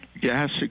gas